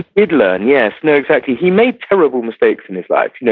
did learn, yes. no, exactly. he made terrible mistakes in his life. you know